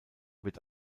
wird